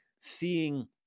seeing